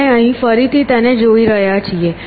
આપણે અહીં ફરીથી તેને જોઈ રહ્યા છીએ